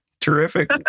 Terrific